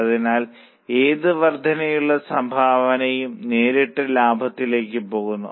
അതിനാൽ ഏത് വർദ്ധനയുള്ള സംഭാവനയും നേരിട്ട് ലാഭത്തിലേക്ക് പോകുന്നു